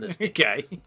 okay